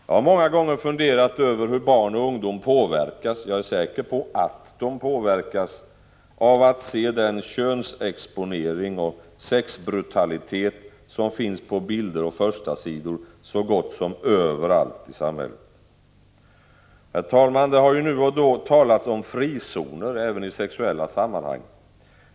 Jag har många gånger funderat över hur barn och ungdom påverkas — jag är säker på att de påverkas — av att se den könsexponering och sexbrutalitet som finns på bilder och förstasidor så gott som överallt i samhället. Herr talman! Det har nu och då talats om frizoner även i sexuella sammanhang.